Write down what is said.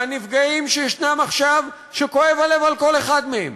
והנפגעים שישנם עכשיו, שכואב הלב על כל אחד מהם,